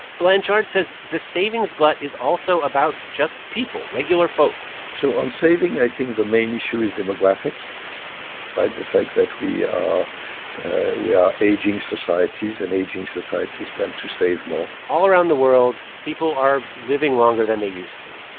blanchard says the savings glut is also about just people regular folks so on saving, i think the main issue is demographics right? the fact that we are we are aging societies and aging societies tend to save more all around the world, people are living longer than they used to.